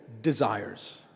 Desires